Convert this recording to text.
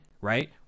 right